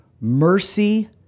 mercy